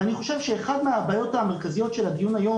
אני חושב שאחת מהבעיות המרכזיות של הדיון היום,